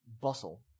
bustle